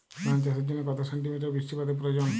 ধান চাষের জন্য কত সেন্টিমিটার বৃষ্টিপাতের প্রয়োজন?